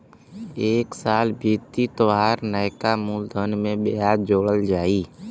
एक साल बीती तोहार नैका मूलधन में बियाजो जोड़ा जाई